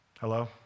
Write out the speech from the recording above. Hello